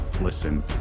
Listen